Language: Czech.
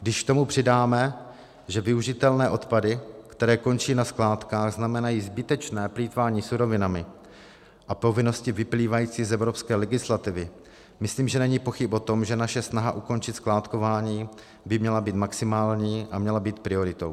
Když k tomu přidáme, že využitelné odpady, které končí na skládkách, znamenají zbytečné plýtvání surovinami, a povinnosti vyplývající z evropské legislativy, myslím, že není pochyb o tom, že naše snaha ukončit skládkování by měla být maximální a měla by být prioritou.